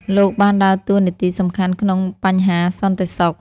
លោកបានដើរតួនាទីសំខាន់ក្នុងបញ្ហាសន្តិសុខ។